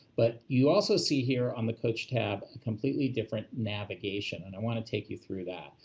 but you also see here on the coach tab a completely different navigation. and i want to take you through that.